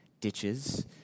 ditches